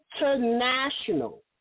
international